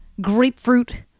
grapefruit